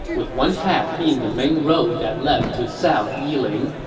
with one path being the main road that led to south yiling,